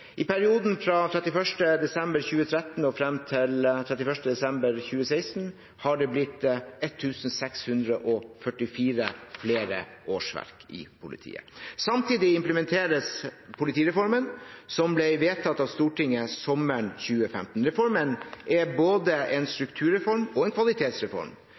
I perioden fra 31. desember 2013 og frem til 31. desember 2016 har det blitt 1 644 flere årsverk i politiet. Samtidig implementeres politireformen som ble vedtatt av Stortinget sommeren 2015. Reformen er både en strukturreform og en kvalitetsreform.